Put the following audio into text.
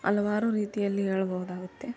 ಹಲವಾರು ರೀತಿಯಲ್ಲಿ ಹೇಳ್ಬೋದಾಗುತ್ತೆ